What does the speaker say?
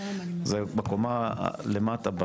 זה בקומה למטה,